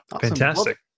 Fantastic